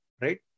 right